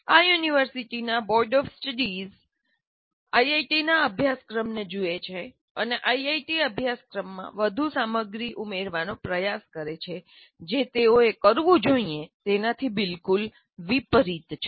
આ યુનિવર્સિટીઓના boards of studies આઇઆઇટીના અભ્યાસક્રમને જુએ છે અને આઈઆઈટી અભ્યાસક્રમમાં વધુ સામગ્રી ઉમેરવાનો પ્રયાસ કરે છે જે તેઓએ કરવું જોઈએ તેનાથી બિલકુલ વિપરીત છે